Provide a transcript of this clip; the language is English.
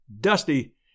dusty